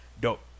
dope